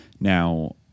Now